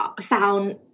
sound